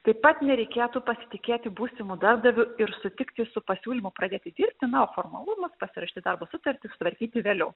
taip pat nereikėtų pasitikėti būsimu darbdaviu ir sutikti su pasiūlymu pradėti dirbti na o formalumus pasirašyti darbo sutartį sutvarkyti vėliau